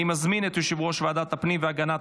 אני מזמין את יושב-ראש ועדת הפנים והגנת